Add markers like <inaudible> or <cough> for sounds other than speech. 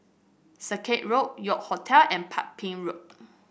Circuit Road York Hotel and <unintelligible> Ping Road